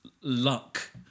luck